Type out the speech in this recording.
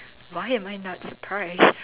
why am I not surprised